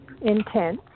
intense